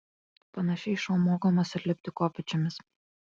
panašiai šuo mokomas ir lipti kopėčiomis